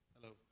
hello